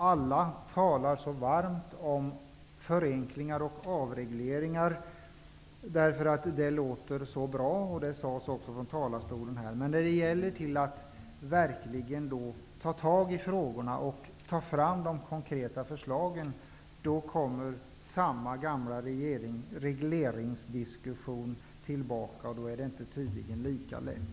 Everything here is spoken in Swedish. Alla talar varmt om förenklingar och avregleringar -- det låter ju så bra, som nyss framhölls från denna talarstol -- men när det gäller att verkligen ta tag i frågorna och ta fram de konkreta förslagen kommer samma gamla regleringsdiskussion tillbaka, och då är det tydligen inte lika lätt.